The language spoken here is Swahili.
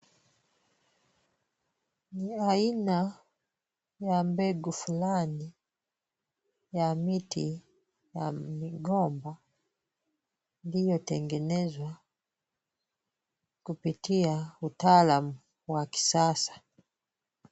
Ni aina ya mbegu fulani ya miti ya migomba iliyotengenezwa, kupitia utaalam wa kisasa.